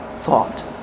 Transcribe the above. thought